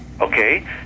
Okay